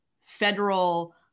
federal